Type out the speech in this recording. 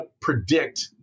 predict